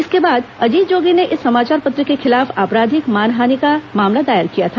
इसके बाद अजीत जोगी ने इस समाचार पत्र के खिलाफ अपराधिक मानहानि का मामला दायर किया था